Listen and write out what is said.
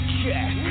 check